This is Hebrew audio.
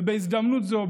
בהזדמנות זו,